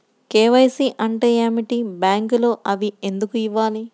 KYC అంటే ఏమిటి? బ్యాంకులో అవి ఎందుకు ఇవ్వాలి?